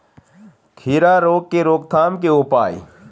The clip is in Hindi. खीरा रोग के रोकथाम के उपाय?